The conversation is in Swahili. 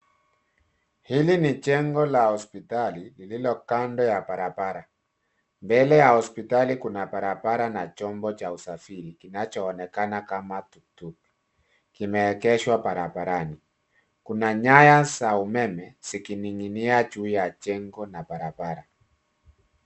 Hili ni jengo la hospitali, lililo kando ya barabara. Mbele ya hospitali kuna barabara na chombo cha usafiri, kinachoonekana kama tuktuk , kimeegeshwa barabarani. Kuna nyaya za umeme zikining'inia juu ya jengo na barabara.